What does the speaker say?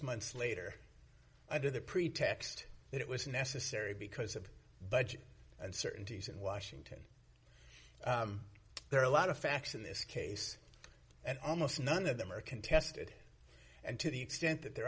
months later under the pretext that it was necessary because of budget uncertainties in washington there are a lot of facts in this case and almost none of them are contested and to the extent that there